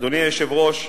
אדוני היושב-ראש,